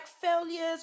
failures